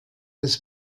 des